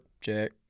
check